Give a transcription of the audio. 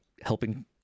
helping